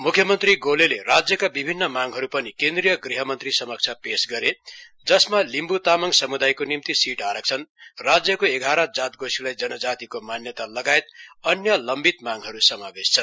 म्ख्यमन्त्री गोलेले राज्यका विभिन्न माँगहरू पनि केन्द्रीय गृह मन्त्री समक्ष पेश गरे जसमा लिम्ब् तामांग सम्दायको निम्ति सीट आरक्षण राज्यको एघाह्र जातगोष्ठीलाई जनजातिको मान्यता लगायत अन्य लम्वित मांगहरू समावेश छन्